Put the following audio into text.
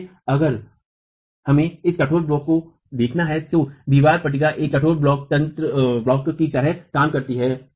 इसलिए अगर हमें इस कठोर ब्लॉक को देखना है तो दीवार पट्टिका एक कठोर ब्लॉक की तरह काम करती है